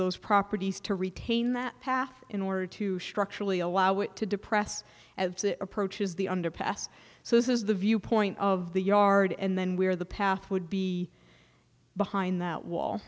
those properties to retain that path in order to structurally allow it to depress approaches the underpass so this is the viewpoint of the yard and then where the path would be behind